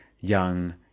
young